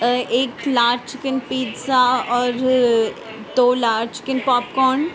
ایک large chicken pizza اور دو لارج چِکن پوپ کورن